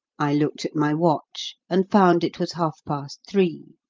i looked at my watch, and found it was half-past three.